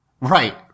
Right